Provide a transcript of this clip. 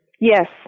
Yes